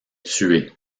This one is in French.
tuer